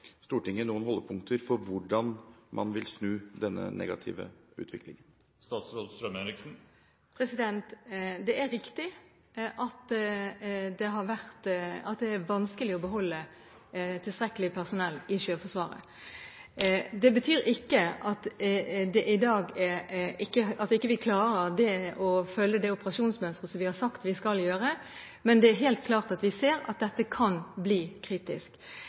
holdepunkter for hvordan man vil snu denne negative utviklingen? Det er riktig at det er vanskelig å beholde tilstrekkelig personell i Sjøforsvaret. Det betyr ikke at vi i dag ikke klarer å følge det operasjonsmønsteret vi har sagt at vi skal. Men vi ser helt klart at dette kan bli kritisk.